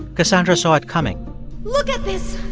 cassandra saw it coming look at this.